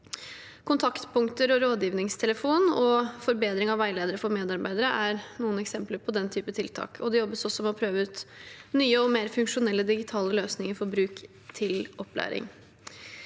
Kontaktpunkter og rådgivningstelefon og forbedring av veiledere for medarbeidere er noen eksempler på den type tiltak. Det jobbes også med å prøve ut nye og mer funksjonelle digitale løsninger for bruk til opplæring.